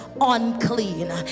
unclean